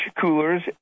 Coolers